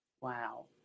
Wow